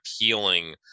appealing